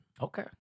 Okay